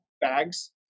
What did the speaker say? bags